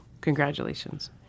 Congratulations